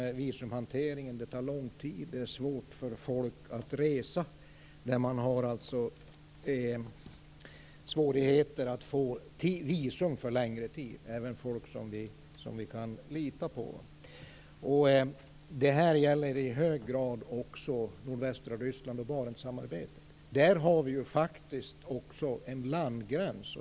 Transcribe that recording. Det tar lång tid. Det är svårt för folk att resa. Det är svårigheter att få visum för längre tid. Det gäller även folk som vi kan lita på. Detta gäller i hög grad också nordvästra Ryssland och Barentssamarbetet. Där har vi faktiskt också en landgräns.